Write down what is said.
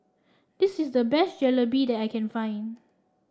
this is the best Jalebi that I can find